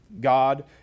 God